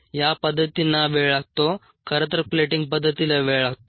या पद्धतींना वेळ लागतो खरतर प्लेटिंग पद्धतीला वेळ लागतो